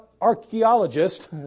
archaeologist